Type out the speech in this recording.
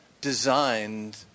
designed